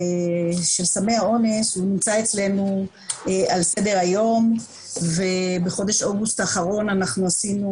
סמי אונס הוא נמצא אצלנו על סדר היום ובחודש אוגוסט האחרון אנחנו עשינו